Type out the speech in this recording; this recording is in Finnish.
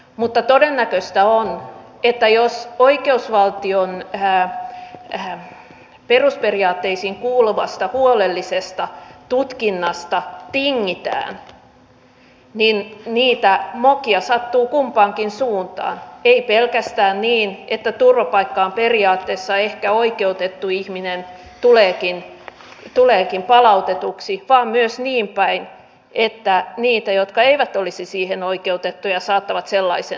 mutta todennäköistä on että jos oikeusvaltion perusperiaatteisiin kuuluvasta huolellisesta tutkinnasta tingitään niin niitä mokia sattuu kumpaankin suuntaan ei pelkästään niin että turvapaikkaan periaatteessa ehkä oikeutettu ihminen tuleekin palautetuksi vaan myös niin päin että he jotka eivät olisi siihen oikeutettuja saattavat sellaisen saada